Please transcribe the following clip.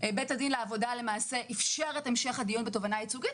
בית הדין לעבודה אפשר את המשך הדיון בתובענה הייצוגית.